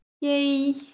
yay